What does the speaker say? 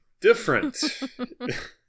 different